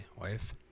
wife